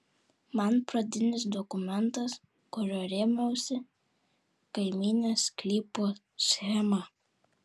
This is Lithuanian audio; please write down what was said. man pradinis dokumentas kuriuo rėmiausi kaimynės sklypo schema